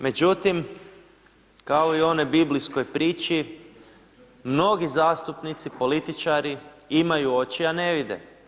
Međutim, kao i onoj biblijskoj priči, mnogi zastupnici, političari, imaju oči, a ne vide.